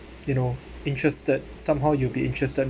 you know interested somehow you'll be interested